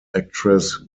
actress